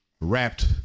wrapped